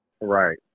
Right